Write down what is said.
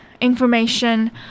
information